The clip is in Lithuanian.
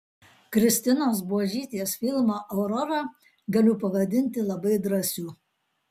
kristinos buožytės filmą aurora galiu pavadinti labai drąsiu